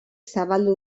zabaldu